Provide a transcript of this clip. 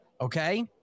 okay